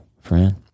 friend